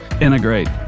integrate